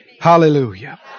Hallelujah